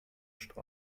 str